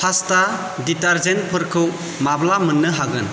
pastor detergent फोरखौ माब्ला मोननो हागोन